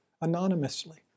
anonymously